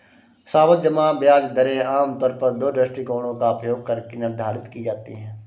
सावधि जमा ब्याज दरें आमतौर पर दो दृष्टिकोणों का उपयोग करके निर्धारित की जाती है